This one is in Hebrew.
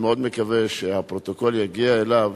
אני מאוד מקווה שהפרוטוקול יגיע אליו